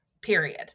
period